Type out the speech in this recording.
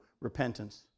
repentance